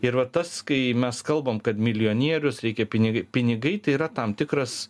ir va tas kai mes kalbam kad milijonierius reikia pinig pinigai tai yra tam tikras